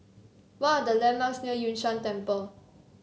what are the landmarks near Yun Shan Temple